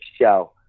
show